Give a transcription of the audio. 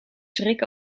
schrik